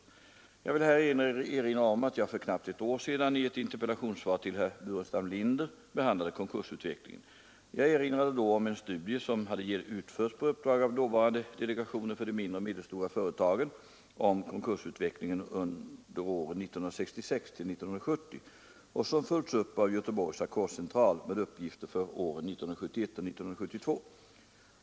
Jag vill här erinra om att jag för knappt ett år sedan, i ett interpellationssvar till herr Burenstam Linder, behandlade konkursutvecklingen. Jag erinrade då om en studie som hade utförts på uppdrag av dåvarande delegationen för de mindre och medelstora företagen om konkursutvecklingen åren 1966-1970 och som följts upp av Göteborgs ackordscentral med uppgifter för åren 1971 och 1972.